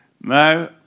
No